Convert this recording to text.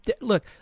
look